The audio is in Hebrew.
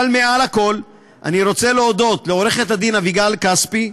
אבל מעל לכול אני רוצה להודות לעורכת הדין אביגיל כספי,